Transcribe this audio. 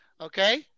Okay